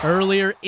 Earlier